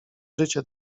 życie